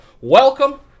Welcome